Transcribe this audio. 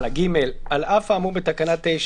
על אף האמור בתקנה 9,